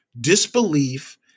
disbelief